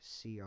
CR